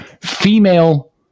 female